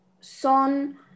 Son